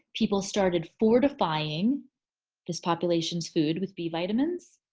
people started fortifying this population's food with b vitamins.